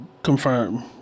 confirm